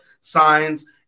signs